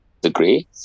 degree